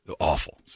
Awful